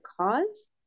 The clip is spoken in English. cause